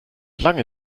lange